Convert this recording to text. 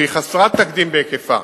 שהיא חסרת תקדים בהיקפה.